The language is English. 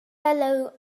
fellow